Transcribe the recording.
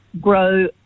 Grow